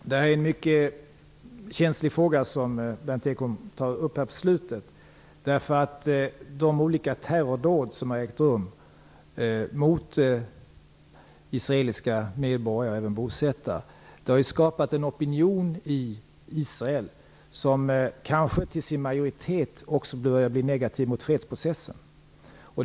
Fru talman! Det är en mycket känslig fråga som Berndt Ekholm tar upp på slutet. De olika terrordåd som har ägt rum mot israeliska medborgare och även bosättare har i Israel skapat en opinion, som kanske till sin majoritet också börjar bli negativ gentemot fredsprocessen.